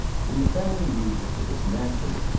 when the family moved into this mansion,